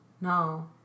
no